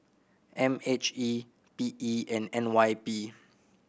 M H E P E and N Y P